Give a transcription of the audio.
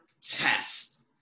test